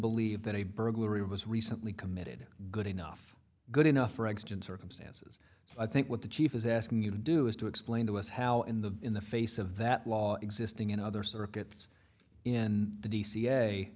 believe that a burglary was recently committed good enough good enough for extant circumstances i think what the chief is asking you to do is to explain to us how in the in the face of that law existing in other circuits in the d